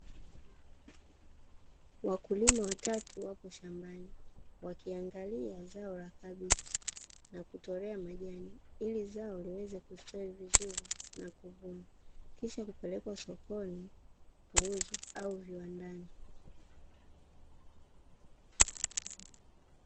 Wakulima watatu wapo shambani wakiangalia zao la kabichi na kutolea majani ili zao liweze kustawi vizuri, na kuvuna kisha kupelekwa sokoni kuuzwa au viwandani.